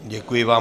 Děkuji vám.